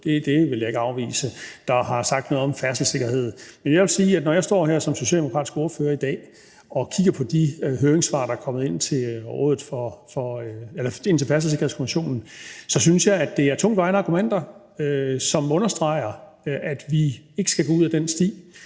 det vil jeg ikke afvise, der har sagt noget om færdselssikkerhed. Men jeg vil sige, at når jeg står her som socialdemokratisk ordfører i dag og kigger på de høringssvar, der er kommet ind til Færdselssikkerhedskommissionen, synes jeg, at det er tungtvejende argumenter, som understreger, at vi ikke skal gå ud ad den sti.